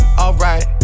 alright